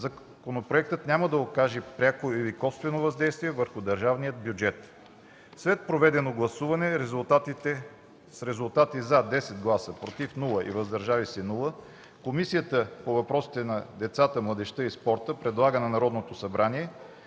Законопроектът няма да окаже пряко или косвено въздействие върху държавния бюджет. След проведено гласуване с резултати „за” – 10 гласа, без „против” и „въздържали се”, Комисията по въпросите на децата, младежта и спорта предлага на Народното събрание